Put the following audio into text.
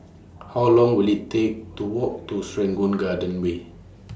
How Long Will IT Take to Walk to Serangoon Garden Way